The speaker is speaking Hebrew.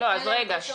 לתת מענה